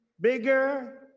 bigger